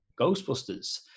Ghostbusters